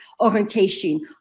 orientation